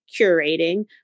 curating